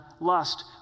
lust